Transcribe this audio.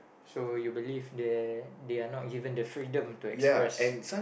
so you believe that they are not given the freedom to express